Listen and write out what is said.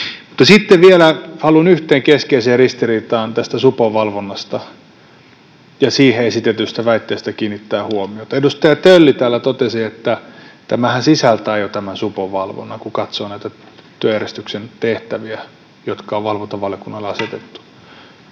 sitten vielä haluan yhteen keskeiseen ristiriitaan tästä supon valvonnasta ja siitä esitetystä väitteestä kiinnittää huomiota. Edustaja Tölli täällä totesi, että tämähän sisältää jo supon valvonnan, kun katsoo näitä työjärjestyksen tehtäviä, jotka on valvontavaliokunnalle asetettu.